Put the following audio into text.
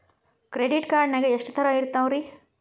Credit card ನಾಗ ಎಷ್ಟು ತರಹ ಇರ್ತಾವ್ರಿ?